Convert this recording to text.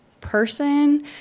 person